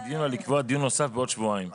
הדיון אלא לקבוע דיון נוסף בעוד שבועיים,